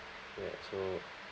ya so